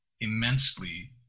immensely